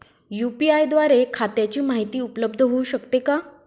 UPI द्वारे खात्याची माहिती उपलब्ध होऊ शकते का?